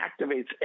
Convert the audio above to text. activates